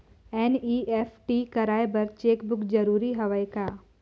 NEFT कराय बर cheque book जरूरी हवय का?